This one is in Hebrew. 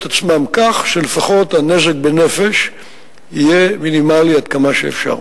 עצמם כך שלפחות הנזק בנפש יהיה מינימלי עד כמה שאפשר.